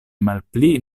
malpli